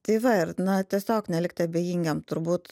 tai va ir na tiesiog nelikti abejingiem turbūt